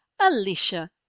alicia